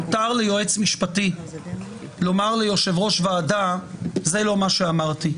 מותר ליועץ משפטי לומר ליושב ראש ועדה שזה לא מה שאמרתי.